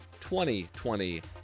2020